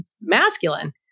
masculine